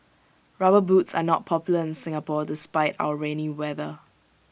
rubber boots are not popular in Singapore despite our rainy weather